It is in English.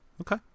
Okay